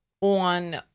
on